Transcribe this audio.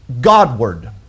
Godward